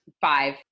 five